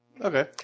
Okay